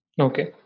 Okay